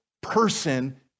person